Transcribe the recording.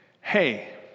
hey